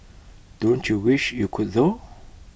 don't you wish you could though